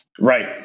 right